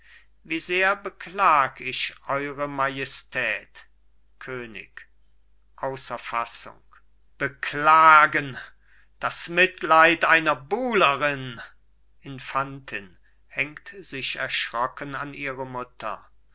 wie sehr beklag ich eure majestät könig außer fassung beklagen das mitleid einer buhlerin infantin hängt sich erschrocken an ihre mutter